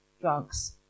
drugs